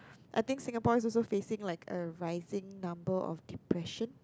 I think Singapore is also facing like a rising number of depression